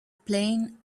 playing